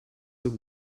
have